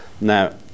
Now